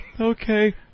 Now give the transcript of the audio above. Okay